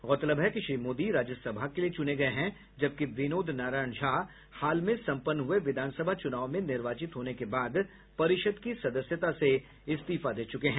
गौरतलब है कि श्री मोदी राज्यसभा के लिये चुने गये हैं जबकि विनोद नारायण झा हाल में सम्पन्न हुए विधानसभा चुनाव में निर्वाचित होने के बाद परिषद् की सदस्यता से इस्तीफा दे च्रके हैं